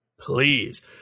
please